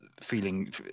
feeling